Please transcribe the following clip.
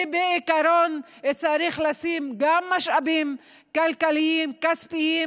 בעיקרון צריך לשים גם משאבים כלכליים וכספיים,